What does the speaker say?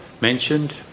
mentioned